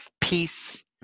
peace